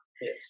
Yes